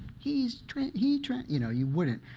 he's trans, he tran you know, you wouldn't.